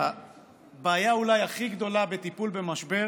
שהבעיה אולי הכי גדולה בטיפול במשבר